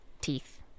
teeth